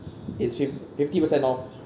it's fif~ fifty percent off